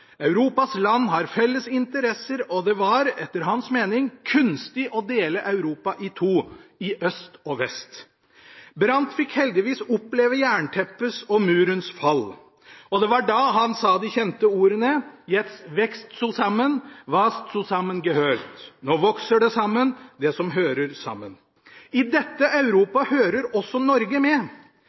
Europas land har felles interesser, og det var – etter hans mening – kunstig å dele Europa i to, i øst og vest. Brandt fikk heldigvis oppleve jernteppets og murens fall, og det var da han sa de kjente ordene: «Jetzt wächst zusammen, was zusammen gehört» – nå vokser det sammen, det som hører sammen. I dette Europa hører også Norge med.